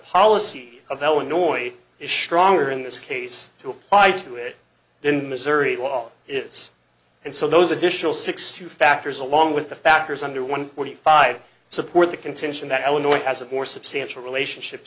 policy of illinois is stronger in this case to apply to it than missouri law is and so those additional sixty two factors along with the factors under one forty five support the contention that illinois has a more substantial relationship